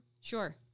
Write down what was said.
Sure